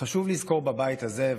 חשוב לזכור בבית הזה,